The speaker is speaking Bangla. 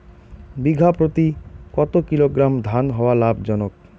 বিঘা প্রতি কতো কিলোগ্রাম ধান হওয়া লাভজনক?